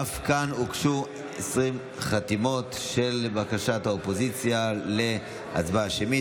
אף כאן הוגשו 20 חתימות לבקשת האופוזיציה להצבעה שמית.